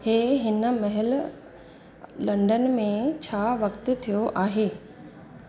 हे हिनमहिल लंदन में छा वक़्तु थियो आहे